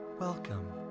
Welcome